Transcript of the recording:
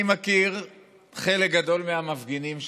אני מכיר חלק גדול מהמפגינים שם,